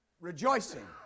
Rejoicing